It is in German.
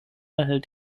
hält